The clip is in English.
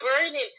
burning